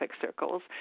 circles